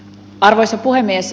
arvoisa puhemies